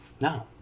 No